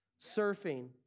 surfing